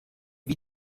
wie